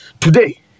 Today